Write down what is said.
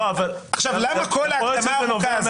למה כל ההקדמה הארוכה הזאת?